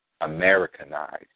Americanized